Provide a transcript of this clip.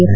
F